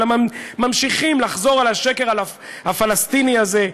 אבל הם ממשיכים לחזור על השקר הפלסטיני הזה,